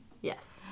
Yes